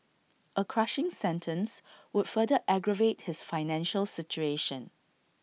A crushing sentence would further aggravate his financial situation